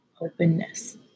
openness